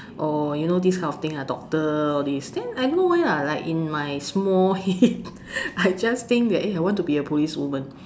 or you know this kind of thing lah doctor all this then I don't know why lah like in my small head I just think that eh I want to be a policewoman